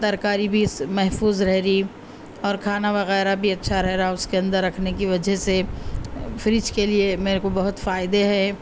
ترکاری بھی اس محفوظ رہ رہی اور کھانا وغیرہ بھی اچّھا رہ رہا اس کے اندر رکھنے کی وجہ سے فرج کے لیے میرے کو بہت فائدے ہے